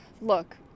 Look